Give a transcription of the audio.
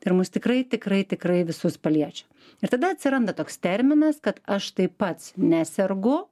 ir mus tikrai tikrai tikrai visus paliečia ir tada atsiranda toks terminas kad aš tai pats nesergu